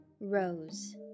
Rose